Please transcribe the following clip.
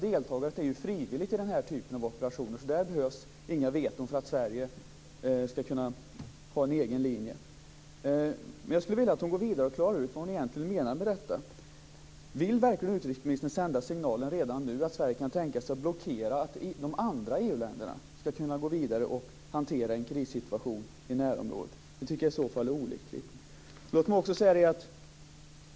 Det är ju frivilligt i den här typen av operationer, så där behövs inga veton för att Sverige skall kunna ha en egen linje. Jag skulle vilja att utrikesministern klargör vad hon egentligen menar. Vill utrikesministern verkligen redan nu sända signalen att Sverige kan tänka sig att blockera att de andra EU-länderna går vidare och hanterar en krissituation i närområdet? Det tycker jag i så fall är olyckligt.